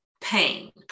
pain